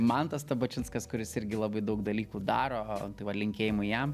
mantas stabačinskas kuris irgi labai daug dalykų daro va linkėjimai jam